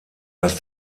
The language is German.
das